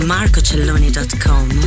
MarcoCelloni.com